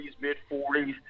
mid-40s